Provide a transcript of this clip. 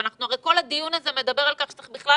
הרי כל הדיון הזה מדבר על כך שצריך בכלל